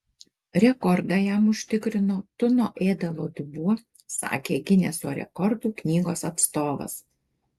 rekordą jam užtikrino tuno ėdalo dubuo sakė gineso rekordų knygos atstovas